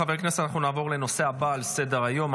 נעבור לנושא הבא על סדר-היום,